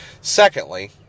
Secondly